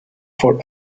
for